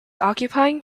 occupying